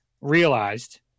realized